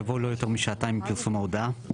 יבוא 'לא יותר משעתיים מפרסום ההודעה'.